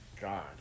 God